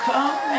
Come